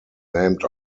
named